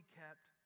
kept